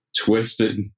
twisted